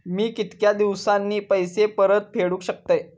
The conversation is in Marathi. मी कीतक्या दिवसांनी पैसे परत फेडुक शकतय?